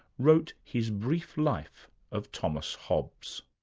wrote his brief life of thomas hobbes.